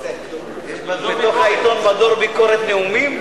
בתוך העיתון, מדור ביקורת נאומים?